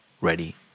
ready